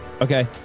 Okay